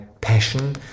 passion